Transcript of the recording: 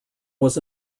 was